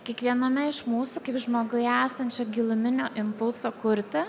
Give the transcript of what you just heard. kiekviename iš mūsų kaip žmoguje esančio giluminio impulso kurti